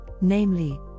namely